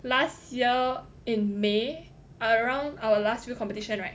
last year in may around our last few competitions right